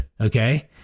okay